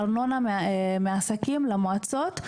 ארנונה מהעסקים למועצות.